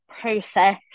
process